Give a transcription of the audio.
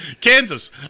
kansas